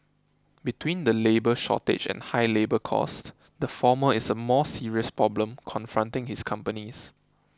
between the labour shortage and high labour costs the former is a more serious problem confronting his companies